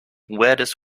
weirdest